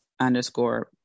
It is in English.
underscore